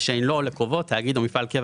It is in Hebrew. ושאין לו או לקרובו תאגיד או מפעל קבע